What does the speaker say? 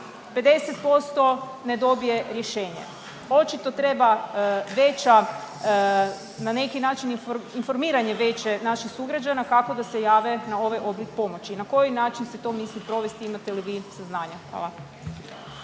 50% ne dobije rješenje. Očito treba veća, na neki način, informiranje veće naših sugrađana kako da se jave na ovaj oblik pomoći. Na koji način se to misli provesti i imate li vi saznanja? Hvala.